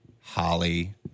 Holly